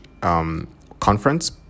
conference